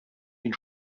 мин